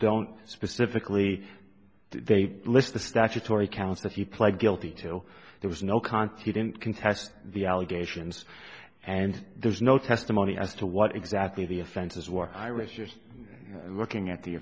don't specifically they list the statutory counts if you pled guilty to there was no contest you didn't contest the allegations and there's no testimony as to what exactly the offenses was irish just looking at the